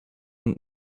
und